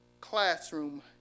classroom